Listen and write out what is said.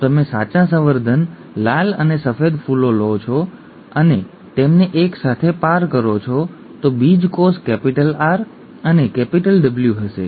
જો તમે સાચા સંવર્ધન લાલ અને સફેદ ફૂલો લો છો અને તેમને એક સાથે પાર કરો છો તો બીજકોષ કેપિટલ R અને કેપિટલ W હશે